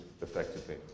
effectively